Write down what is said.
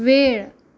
वेळ